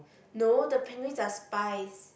no the penguins are spies